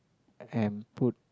and put